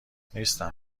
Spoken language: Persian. نیستم